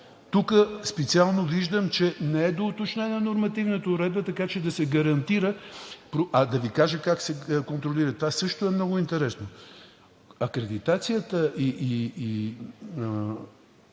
Тук специално виждам, че не е доуточнена нормативната уредба, така че да се гарантира. А да Ви кажа как се контролира. Това също е много интересно. Акредитацията и